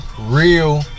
Real